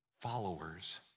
Followers